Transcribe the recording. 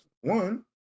one